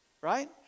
right